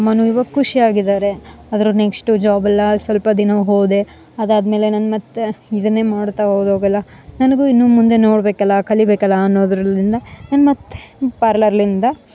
ಅಮ್ಮನು ಇವಾಗ ಖುಷಿಯಾಗಿದಾರೆ ಅದ್ರ ನೆಕ್ಸ್ಟು ಜಾಬೆಲ್ಲ ಸ್ವಲ್ಪ ದಿನ ಹೋದೆ ಅದಾದ್ಮೇಲೆ ನಾನು ಮತ್ತು ಇದನ್ನೆ ಮಾಡ್ತಾ ಹೋದೋಗಲ್ಲ ನನಗೂ ಇನ್ನು ಮುಂದೆ ನೋಡಬೇಕಲ್ಲ ಕಲಿಬೇಕಲ್ಲ ಅನ್ನೋದ್ರಲ್ಲಿಂದ ನಾನು ಮತ್ತು ಪಾರ್ಲರ್ಲಿಂದ